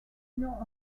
not